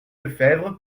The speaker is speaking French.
lefebvre